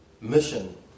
mission